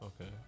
Okay